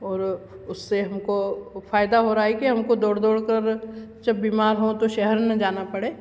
और उससे हमको वह फायदा हो रहा है कि हमको दौड़ दौड़कर जब बीमार हों तो शहर न जाना पड़े